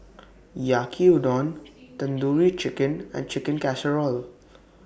Yaki Udon Tandoori Chicken and Chicken Casserole